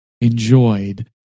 enjoyed